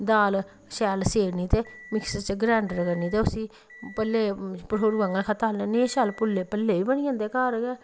दाल शैल सेड़नी ते मिक्सी च ग्रैंड करनी ते उसी भल्ले भठोरुऐं आंह्गर तलने ते भल्ले बी बनी जंदे घर गै